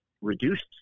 reduced